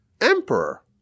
emperor